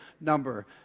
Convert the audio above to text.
number